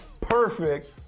perfect